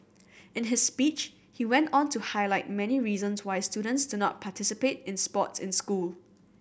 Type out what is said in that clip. in his speech he went on to highlight many reasons why students do not participate in sports in school